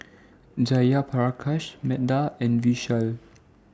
Jayaprakash Medha and Vishal